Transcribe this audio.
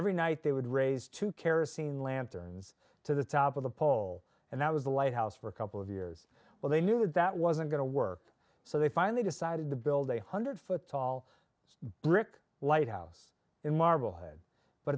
every night they would raise two kerosene lanterns to the top of the pole and that was the lighthouse for a couple of years well they knew that wasn't going to work so they finally decided to build a hundred foot tall brick lighthouse in marblehead but